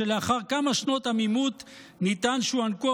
שלאחר כמה שנות עמימות נטען שהוענקו